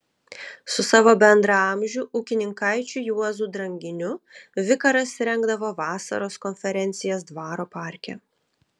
su savo bendraamžiu ūkininkaičiu juozu dranginiu vikaras rengdavo vasaros konferencijas dvaro parke